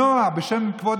פשוט יישר כוח.